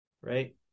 right